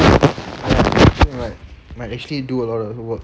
might actually do a lot of work